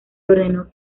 ordenó